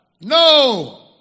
No